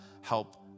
help